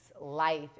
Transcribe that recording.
life